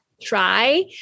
try